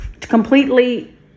completely